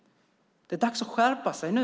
Det är dags att skärpa sig nu.